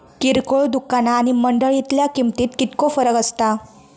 किरकोळ दुकाना आणि मंडळीतल्या किमतीत कितको फरक असता?